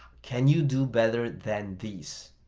can you do better than these?